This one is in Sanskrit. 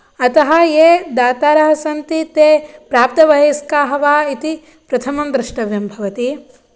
अतः ये दातारः सन्ति ते प्राप्तवयस्काः वा इति प्रथमं द्रष्टव्यं भवति